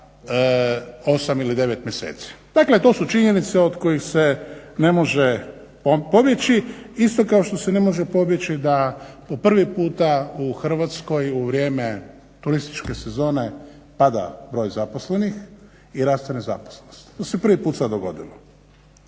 8 ili 9 mjeseci. Dakle, to su činjenice od kojih se ne može pobjeći isto kako što se ne može pobjeći da po prvi puta u Hrvatskoj u vrijeme turističke sezone pada broj zaposlenih i raste nezaposlenost. To se prvi put sad dogodilo.